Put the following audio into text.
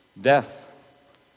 death